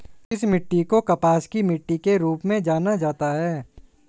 किस मिट्टी को कपास की मिट्टी के रूप में जाना जाता है?